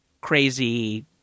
crazy